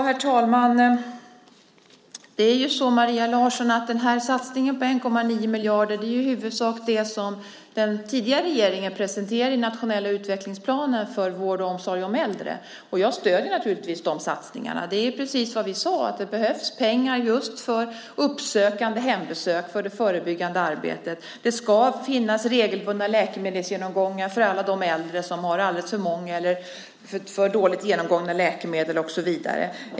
Herr talman! Satsningen på 1,9 miljarder, Maria Larsson, innehåller i huvudsak det som den tidigare regeringen presenterade i den nationella utvecklingsplanen för vård och omsorg om äldre. Jag stöder naturligtvis den satsningen. Precis som vi sade behövs det pengar just för uppsökande hembesök, för det förebyggande arbetet. Det ska ske regelbundna läkemedelsgenomgångar för alla de äldre som har alldeles för många eller för dåligt genomgångna läkemedel och så vidare.